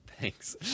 Thanks